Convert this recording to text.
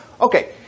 Okay